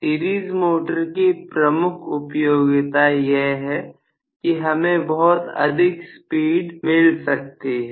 series motor की प्रमुख उपयोगिता यह है कि हमें बहुत अधिक स्पीड मेरे सकती है